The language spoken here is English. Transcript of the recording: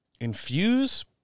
infuse